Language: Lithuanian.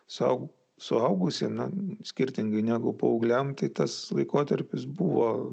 sau suaugusiem skirtingai negu paaugliams tai tas laikotarpis buvo